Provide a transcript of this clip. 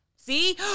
See